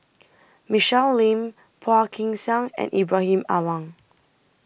Michelle Lim Phua Kin Siang and Ibrahim Awang